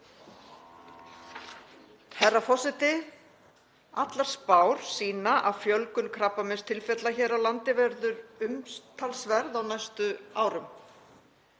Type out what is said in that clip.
Herra forseti. Allar spár sýna að fjölgun krabbameinstilfella hér á landi verður umtalsverð á næstu árum.